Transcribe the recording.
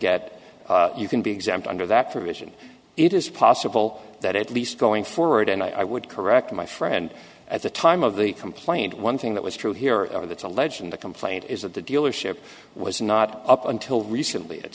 get you can be exempt under that vision it is possible that at least going forward and i would correct my friend at the time of the complaint one thing that was true here or that's alleged in the complaint is that the dealership was not up until recently